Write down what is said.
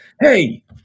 hey